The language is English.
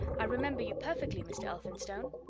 i remember you perfectly, mr. elphinstone.